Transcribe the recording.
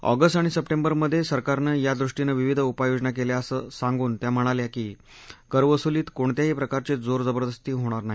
August आणि सप्टेंबरमधे सरकारनं यादृष्टीनं विविध उपाययोजना केल्या असं सांगून त्या म्हणाल्या की करवसुलीत कोणत्याही प्रकारची जोरजबरदस्ती होणार नाही